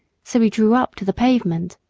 so we drew up to the pavement.